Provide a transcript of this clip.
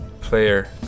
player